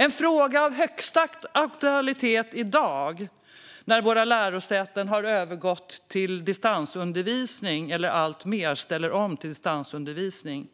En fråga av högsta aktualitet i dag, när lärosätena har övergått till eller alltmer ställer om till distansundervisning,